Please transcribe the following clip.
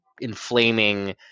inflaming